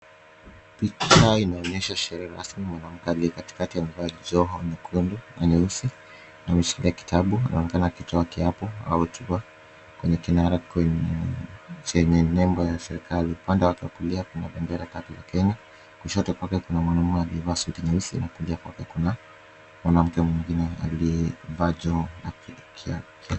Picha inaonyesha sherehe rasmi mwanamke aliye katikati amevaa joho nyekundu na nyeusi inaonekana akichukua kiapo au tuba kwenye kinara kwenye chenye nembo ya serikali . Upande wake wa kulia kuna bendera tatu za Kenya kushoto kwake kuna mwanaume aliyevaa suti nyeusi anakulia kwake kuna mwanamke mwingine aliyeva joho.